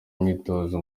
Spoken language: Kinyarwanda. imyitozo